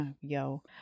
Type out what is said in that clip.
Yo